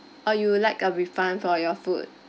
uh you would like a refund for your food